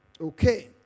Okay